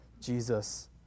Jesus